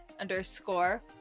underscore